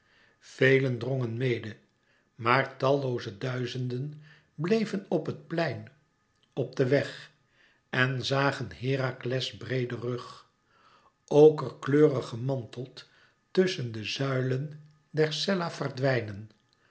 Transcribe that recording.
velen drongen mede maar tallooze duizenden bleven op het plein op den weg en zagen herakles breeden rug okerkleurig gemanteld tusschen de zuilen der cella verdwijnen